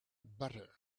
butter